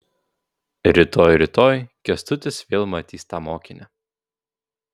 rytoj rytoj kęstutis vėl matys tą mokinę